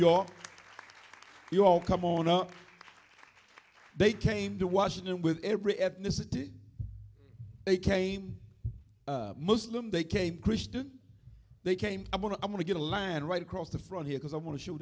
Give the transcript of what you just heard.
york you all come on up they came to washington with every ethnicity they came muslim they came christian they came i'm going to i'm going to get a land right across the front here because i want to show